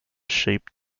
shaped